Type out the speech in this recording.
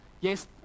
Yes